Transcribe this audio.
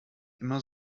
immer